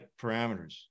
parameters